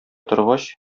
торгач